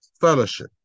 fellowship